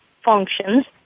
functions